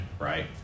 right